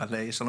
אבל יש לנו,